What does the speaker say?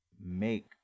make